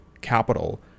capital